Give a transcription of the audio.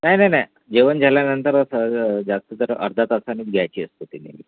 नाही नाही नाही जेवण झाल्यानंतर असं जास्त तर अर्धा तासानी घ्यायची असती नेहमी